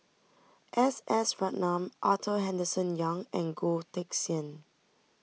S S Ratnam Arthur Henderson Young and Goh Teck Sian